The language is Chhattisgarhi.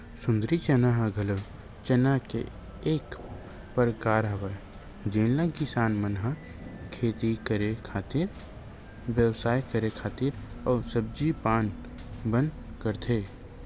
सुंदरी चना ह घलो चना के एक परकार हरय जेन ल किसान मन ह खेती करे खातिर, बेवसाय करे खातिर अउ सब्जी पान बर करथे